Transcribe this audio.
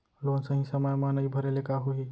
Loan सही समय मा नई भरे ले का होही?